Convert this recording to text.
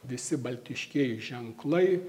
visi baltiškieji ženklai